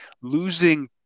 losing